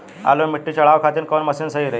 आलू मे मिट्टी चढ़ावे खातिन कवन मशीन सही रही?